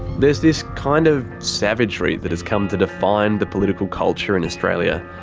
there's this kind of savagery that has come to define the political culture in australia.